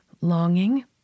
longing